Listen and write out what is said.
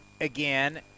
again